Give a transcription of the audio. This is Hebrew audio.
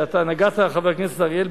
חבר הכנסת אריאל,